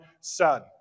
son